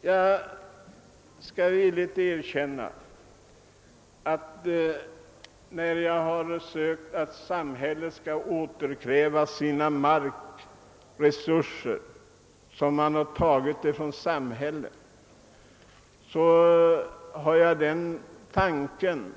Jag erkänner villigt att när jag framhållit, att samhället bör återkräva de markområden som tagits ifrån det har jag haft tanken,